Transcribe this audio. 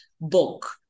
book